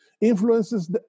influences